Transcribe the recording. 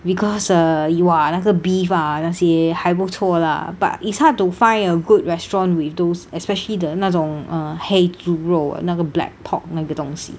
because uh you are 那个 beef ah 那些还不错 lah but it's hard to find a good restaurant with those especially 的那种 err 黑猪肉那个 black pork 那个东西